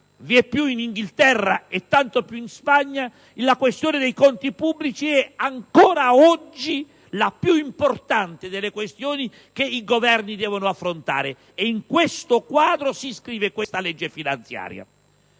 vieppiù in Inghilterra e tanto più in Spagna la questione dei conti pubblici è ancora oggi la più importante tra quelle che i Governi devono affrontare, ed in questo quadro si inscrive questa legge finanziaria.